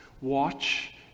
Watch